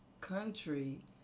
country